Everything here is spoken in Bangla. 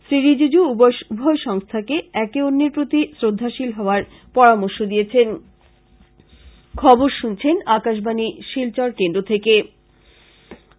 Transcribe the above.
শ্রী রিজিজু উভয় সংস্থাকে একে অন্যের প্রতি শ্রদ্ধাশীল হওয়ার পরামর্শ দিয়েছেন